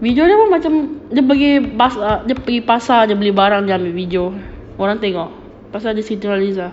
video dia macam dia pergi dia pergi pasar dia beli barang ambil video orang tengok pasal dia siti nurhaliza